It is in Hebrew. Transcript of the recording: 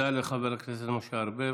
תודה לחבר הכנסת משה ארבל.